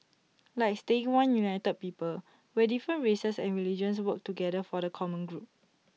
like staying one united people where different races and religions work together for the common good